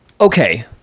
Okay